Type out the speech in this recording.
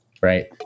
right